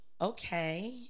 okay